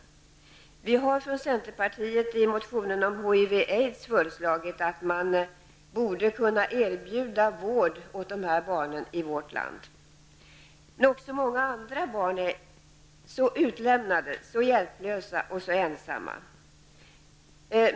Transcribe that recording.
Vi har från centerpartiet i motionen om HIV/aids föreslagit att man borde kunna erbjuda vård åt de här barnen i vårt land. Men också många andra barn är lika utlämnade, hjälplösa och ensamma.